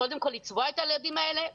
קודם כל לצבוע את הילדים האלה,